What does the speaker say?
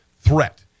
threat